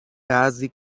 بعضی